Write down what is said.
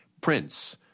Prince